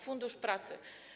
Fundusz Pracy.